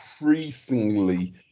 increasingly